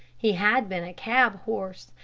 he had been a cab horse,